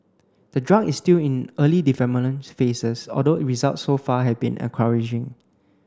the drug is still in early development phases although results so far have been encouraging